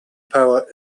power